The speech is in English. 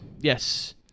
Yes